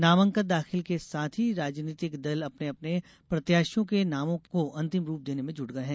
नामांकन दाखिले के साथ ही राजनीतिक दल अपने अपने प्रत्याशियों के नामों को अंतिम रूप देने में जूट गये हैं